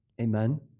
Amen